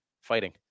fighting